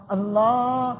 Allah